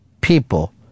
people